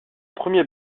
premier